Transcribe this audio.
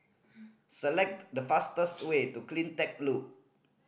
select the fastest way to Cleantech Loop